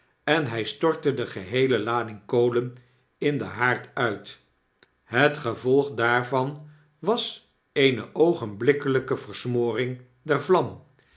en hg stortte de geheele lading kolen in den haard uit het gevolg daarvan was eene oogenblikkelgke versmoring der vlam